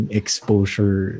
exposure